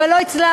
אבל לא הצלחנו.